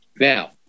Now